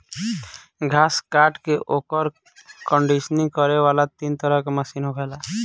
घास काट के ओकर कंडीशनिंग करे वाला तीन तरह के मशीन होखेला